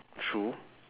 true